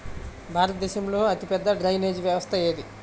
భారతదేశంలో అతిపెద్ద డ్రైనేజీ వ్యవస్థ ఏది?